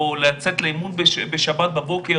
או לצאת לאימון בשבת בבוקר